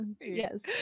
Yes